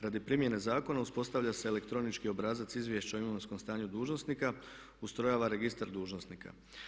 Radi primjene zakona uspostavlja se elektronički obrazac izvješća o imovinskom stanju dužnosnika, ustrojava registar dužnosnika.